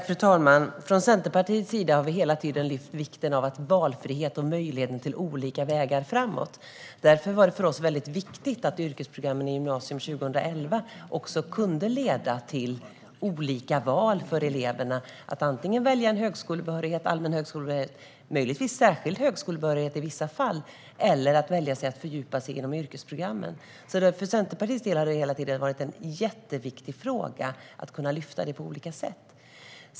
Fru talman! Vi från Centerpartiet har hela tiden framhållit vikten av valfrihet och möjligheten till olika vägar framåt. Därför var det väldigt viktigt för oss att yrkesprogrammen i gymnasiet 2011 också kunde leda till olika val för eleverna. De kunde välja en allmän högskolebehörighet och i vissa fall en särskild högskolebehörighet. Eller också kunde de välja att fördjupa sig inom yrkesprogrammen. För Centerpartiet har det hela tiden varit jätteviktigt att kunna lyfta detta på olika sätt.